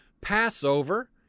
Passover